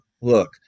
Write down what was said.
Look